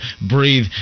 breathe